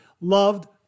loved